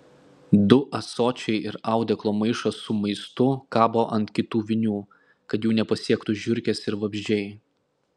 du ąsočiai ir audeklo maišas su maistu kabo ant kitų vinių kad jų nepasiektų žiurkės ir vabzdžiai